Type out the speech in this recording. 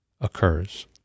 occurs